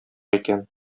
икән